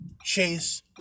chase